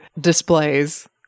displays